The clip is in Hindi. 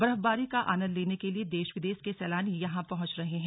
बर्फबारी का आनंद लेने के लिए देश विदेश के सैलानी यहां पहुंच रहे हैं